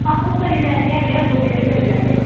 आहो करी लैने आं अड़ेआ दौनें गै करी लैने आं